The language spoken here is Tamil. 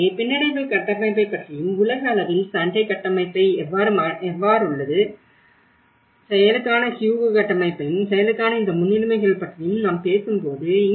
எனவே பின்னடைவு கட்டமைப்பைப் பற்றியும் உலக அளவில் சண்டே கட்டமைப்பை எவ்வாறுள்ளது செயலுக்கான ஹ்யூகோ கட்டமைப்பையும் செயலுக்கான இந்த முன்னுரிமைகள் பற்றியும் நாம் பேசும்போது